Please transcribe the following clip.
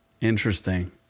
interesting